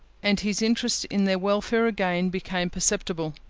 and his interest in their welfare again became perceptible.